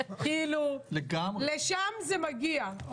לשם זה מגיע.